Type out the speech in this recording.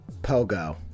Pogo